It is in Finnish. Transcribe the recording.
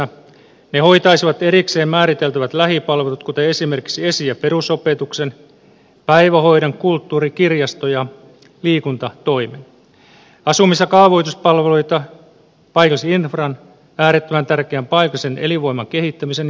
ne hoitaisivat erikseen määriteltävät lähipalvelut kuten esimerkiksi esi ja perusopetuksen päivähoidon kulttuuri kirjasto ja liikuntatoimen asumis ja kaavoituspalveluita paikallisinfran äärettömän tärkeän paikallisen elinvoiman kehittämisen ja elinkeinotoimen